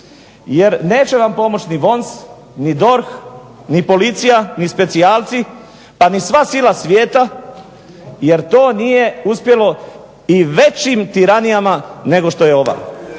jer neće vam pomoći ni VONS ni DORH ni policija ni specijalci pa ni sva sila svijeta jer to nije uspjelo i većim tiranijama nego što je ova.